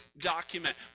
document